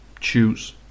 choose